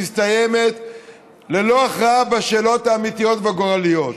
מסתיימת ללא הכרעה בשאלות האמיתיות והגורליות.